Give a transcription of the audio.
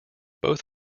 both